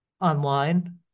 online